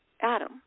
Adam